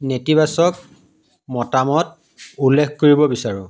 নেতিবাচক মতামত উল্লেখ কৰিব বিচাৰোঁ